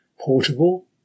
portable